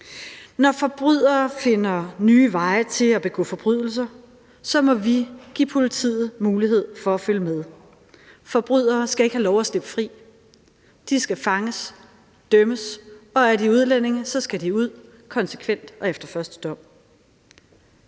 Når forbrydere finder nye veje til at begå forbrydelser, må vi give politiet mulighed for at følge med. Forbrydere skal ikke have lov til at slippe fri, de skal fanges, dømmes, og er de udlændinge, skal de ud – konsekvent og efter første dom.